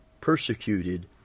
persecuted